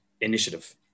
initiative